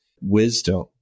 wisdom